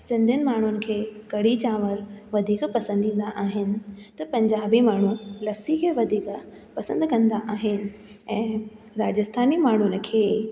सिंधीयुनि माण्हुनि खे कढ़ी चांवर वधीक पसंदि ईंदा आहिनि त पंजाबी माण्हूं लस्सी खे वधीक पसंदि कंदा आहिनि ऐं राजेस्थानी माण्हूनि खे